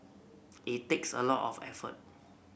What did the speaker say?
it takes a lot of effort